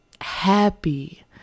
happy